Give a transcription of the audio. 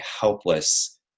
helpless